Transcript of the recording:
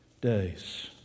days